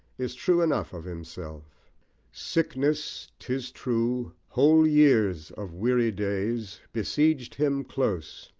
is true enough of himself sickness, tis true, whole years of weary days, besieged him close,